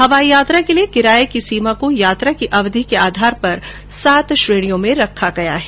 हवाई यात्रा के किराये की सीमा को यात्रा की अवधि के आधार पर सात श्रेणियों में रखा गया है